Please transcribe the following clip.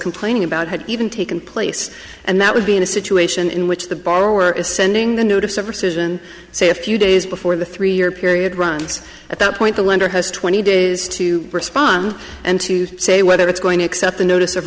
complaining about had even taken place and that would be in a situation in which the borrower is sending the new dissever cision say a few days before the three year period runs at that point the lender has twenty days to respond and to say whether it's going to accept the notice of